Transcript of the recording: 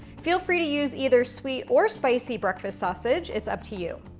feel free to use either sweet or spicy breakfast sausage. it's up to you.